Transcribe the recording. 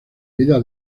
vida